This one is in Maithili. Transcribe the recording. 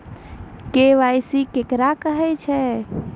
के.वाई.सी केकरा कहैत छै?